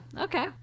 okay